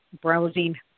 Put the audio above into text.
browsing